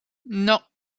non